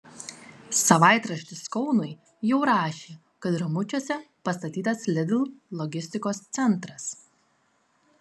savaitraštis kaunui jau rašė kad ramučiuose pastatytas lidl logistikos centras